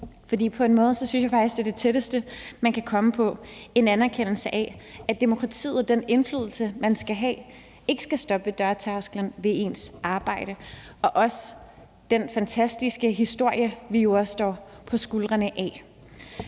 For på en måde synes jeg faktisk, det er det tætteste, man kan komme på en anerkendelse af, at demokratiet og den indflydelse, man skal have, ikke skal stoppe ved dørtærsklen til ens arbejde. Og der er jo også den fantastiske historie, vi står på skulderen af.